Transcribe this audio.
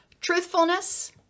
Truthfulness